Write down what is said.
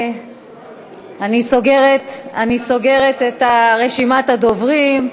אני סוגרת את רשימת הדוברים,